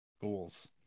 Goals